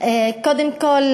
קודם כול,